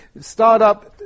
startup